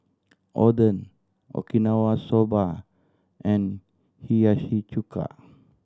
Oden Okinawa Soba and Hiyashi Chuka